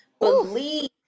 believe